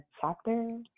chapter